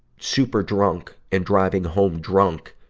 super drunk and driving home drunk,